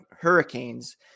Hurricanes